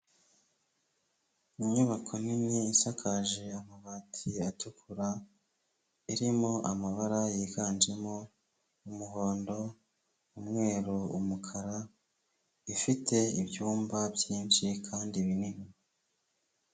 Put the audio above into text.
Inyubako nini isakaje amabati atukura, irimo amabara yiganjemo umuhondo, umweru, umukara, ifite ibyumba byinshi kandi binini.